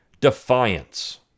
defiance